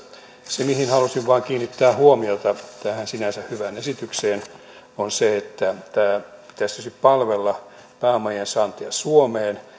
se mihin halusin vain kiinnittää huomiota tässä sinänsä hyvässä esityksessä on se että tämän pitäisi tietysti palvella pääomien saantia suomeen